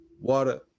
Water